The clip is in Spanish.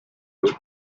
los